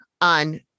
on